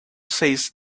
says